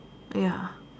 ya